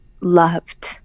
loved